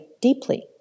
deeply